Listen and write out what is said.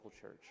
church